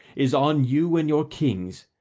is on you and your kings,